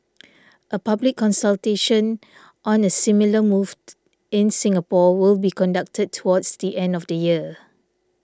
a public consultation on a similar moved in Singapore will be conducted towards the end of the year